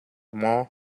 maw